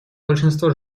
большинство